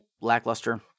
lackluster